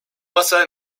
basada